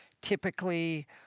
typically